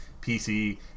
PC